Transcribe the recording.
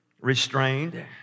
restrained